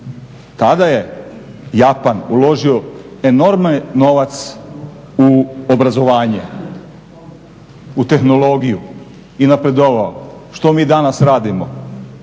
Tada je Japan uložio enorman novac u obrazovanje, u tehnologiju i napredovao. Što mi danas radimo?